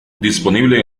disponible